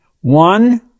one